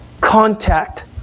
contact